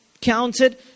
counted